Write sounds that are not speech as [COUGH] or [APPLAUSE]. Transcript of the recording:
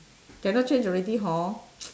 cannot change already hor [NOISE]